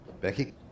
Becky